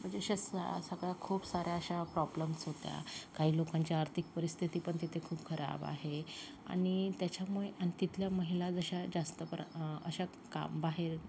म्हणजे असेच सगळ्या खूप साऱ्या अशा प्रॉब्लेम्स होत्या काही लोकांच्या आर्थिक परिस्थिती पण तिथे खूप खराब आहे आणि त्याच्यामुळे आणि तिथल्या महिला जशा जास्त परत अशा काम बाहेर